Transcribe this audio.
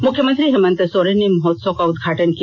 मुख्यमंत्री हेमंत सोरेन ने महोत्सव का उदघाटन किया